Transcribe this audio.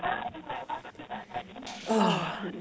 !aww!